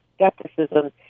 skepticism